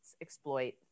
exploit